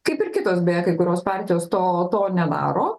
kaip ir kitos beje kai kurios partijos to to nedaro